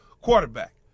quarterback